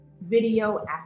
video